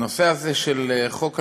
הנושא הזה של חוק הלאום,